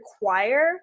require